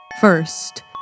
First